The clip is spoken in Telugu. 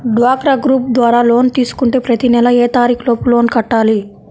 డ్వాక్రా గ్రూప్ ద్వారా లోన్ తీసుకుంటే ప్రతి నెల ఏ తారీకు లోపు లోన్ కట్టాలి?